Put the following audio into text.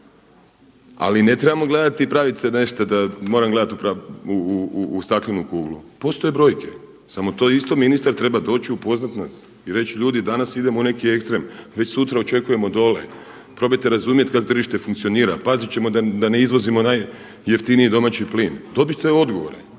Ali ne trebamo gledati i pravit se nešto da moram gledat u staklenu kuglu. Postoje brojke. Samo to isto ministar treba doći i upoznat nas i reći ljudi danas idemo u neki ekstrem. Već sutra očekujemo dole, probajte razumjet kak' tržište funkcionira, pazit ćemo da ne izvozimo najjeftiniji domaći plin. Dobite odgovore